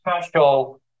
special